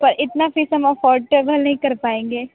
तो इतना फीस हम अफ्फोरटेबल नहीं कर पाएंगे